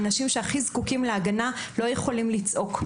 האנשים שהכי זקוקים להגנה, לא יכולים לצעוק.